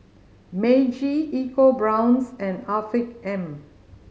Meiji EcoBrown's and Afiq M